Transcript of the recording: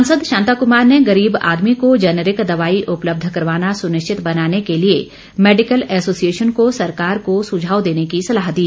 सांसद शांता कुमार ने गरीब आदमी को जैनरिक दवाई उपलब्ध करवाना सुनिश्चित बनाने के लिए मैडिकल एसोसिएशन को सरकार को सुझाव देने की सलाह दी